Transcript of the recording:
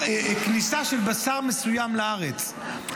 כניסה של בשר מסוים לארץ,